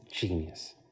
genius